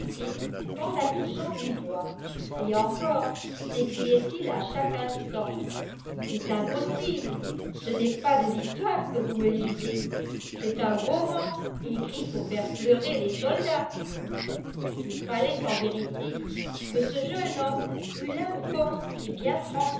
qu'en la touchant du doigt et encore s'écriait-il à chaque instant c'est impossible ce n'est pas de l'histoire que vous me lisez c'est un roman écrit pour faire pleurer les soldats il fallait en vérité que ce jeune homme eût l'âme forte et bien